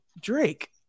Drake